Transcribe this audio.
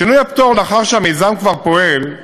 שינוי הפטור לאחר שהמיזם כבר פועל,